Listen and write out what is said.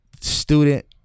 student